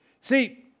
See